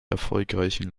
erfolgreichen